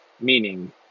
Meaning